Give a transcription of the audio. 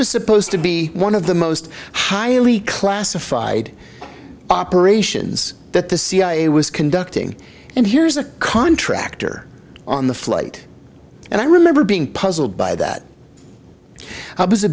was supposed to be one of the most highly classified operations that the cia was conducting and here's a contractor on the flight and i remember being puzzled by that